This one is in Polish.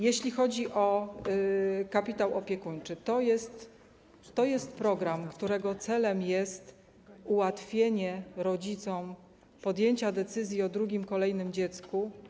Jeśli chodzi o kapitał opiekuńczy, to jest to program, którego celem jest ułatwienie rodzicom podjęcia decyzji o drugim, kolejnym dziecku.